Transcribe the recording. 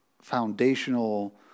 foundational